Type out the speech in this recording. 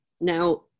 Now